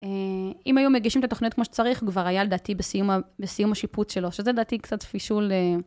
אם היו מגישים את התוכנית כמו שצריך, כבר היה לדעתי בסיום, בסיום השיפוט שלו, שזה לדעתי קצת פישול.